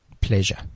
pleasure